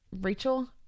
Rachel